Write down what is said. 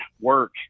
work